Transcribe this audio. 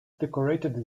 decorated